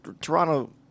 Toronto